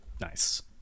Nice